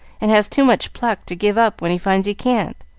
and has too much pluck to give up when he finds he can't.